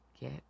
get